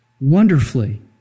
wonderfully